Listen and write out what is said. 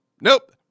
nope